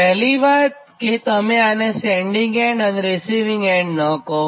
પહેલી વાત કે તમે આને સેન્ડીંગ એન્ડ અને રીસિવીંગ એન્ડ ન કહો